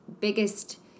biggest